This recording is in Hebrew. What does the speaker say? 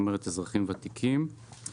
כלומר אזרחים ותיקים.